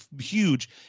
huge